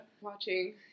watching